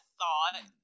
thought